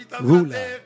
ruler